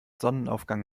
sonnenaufgang